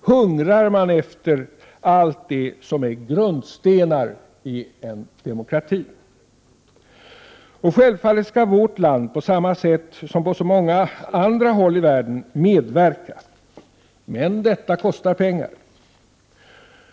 hungrar man efter allt det som är grundstenar i en demokrati. Självfallet skall vårt land på samma sätt som man gör på många andra håll i världen medverka. Men detta kostar pengar.